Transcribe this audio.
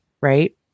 Right